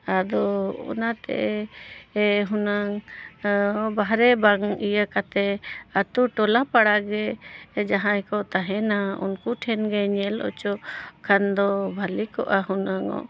ᱟᱫᱚ ᱚᱱᱟᱛᱮ ᱦᱩᱱᱟᱹᱝ ᱵᱟᱦᱨᱮ ᱵᱟᱝ ᱤᱭᱟᱹ ᱠᱟᱛᱮᱫ ᱟᱛᱳ ᱴᱚᱞᱟ ᱯᱟᱲᱟᱜᱮ ᱡᱟᱦᱟᱸᱭ ᱠᱚ ᱛᱟᱦᱮᱱᱟ ᱩᱱᱠᱩ ᱴᱷᱮᱱ ᱜᱮ ᱧᱮᱞ ᱦᱚᱪᱚᱜ ᱠᱷᱟᱱ ᱫᱚ ᱵᱷᱟᱹᱞᱤ ᱠᱚᱜᱼᱟ ᱦᱩᱱᱟᱹᱝᱚᱜ